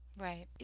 Right